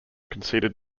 conceded